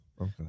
Okay